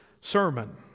sermon